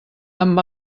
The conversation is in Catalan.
amb